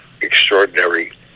extraordinary